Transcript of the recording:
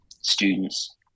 students